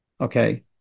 Okay